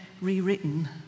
rewritten